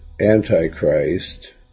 Antichrist